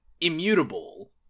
Immutable